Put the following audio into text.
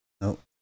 Nope